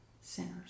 sinners